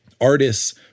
artists